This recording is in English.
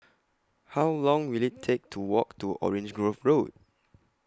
How Long Will IT Take to Walk to Orange Grove Road